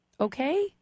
Okay